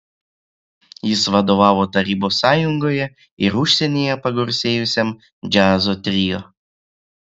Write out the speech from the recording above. jis vadovavo tarybų sąjungoje ir užsienyje pagarsėjusiam džiazo trio